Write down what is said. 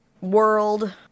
world